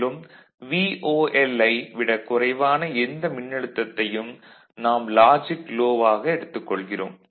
மேலும் VOL ஐ விட குறைவான எந்த மின்னழுத்தத்தையும் நாம் லாஜிக் லோ வாக எடுத்துக் கொள்கிறாம்